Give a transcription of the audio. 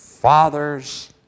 Father's